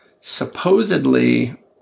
supposedly